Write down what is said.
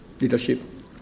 leadership